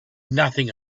nothing